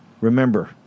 Remember